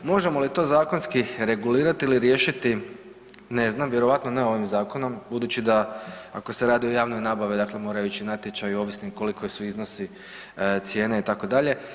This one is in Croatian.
Možemo li to zakonski regulirati ili riješiti ne zna, vjerojatno ne ovim zakonom budući ako se radi o javnoj nabavi trebaju ići natječaji ovisno koliko su iznosi cijene itd.